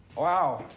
wow.